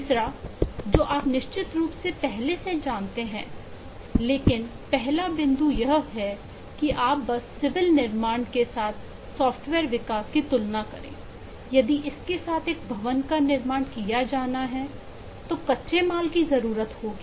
तीसरा जो आप निश्चित रूप से पहले से जानते हैं लेकिन पहला बिंदु यह है कि आप बस सिविल निर्माण के साथ सॉफ्टवेयर विकास की तुलना करें यदि इसके साथ एक भवन का निर्माण किया जाना है तो कच्चे माल की जरूरत होगी